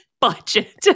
budget